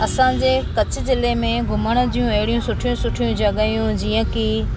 असांजे कच्छ जिले में घुमण जूं अहिड़ी सुठियूं सुठियूं जॻहियूं जीअं की